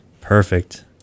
Perfect